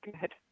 good